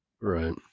Right